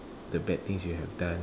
the bad things you have done